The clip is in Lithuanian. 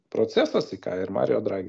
procesas į ką ir marijo dragi